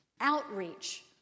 outreach